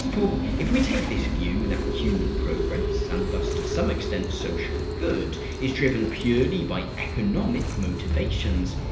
for, if we take this view that human progress, and thus to some extent social good, is driven purely by economic motivations,